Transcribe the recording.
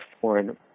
foreign